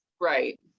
Right